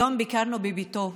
היום ביקרנו בביתו.